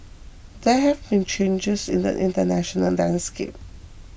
there have been changes in the international landscape